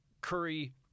Curry